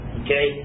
okay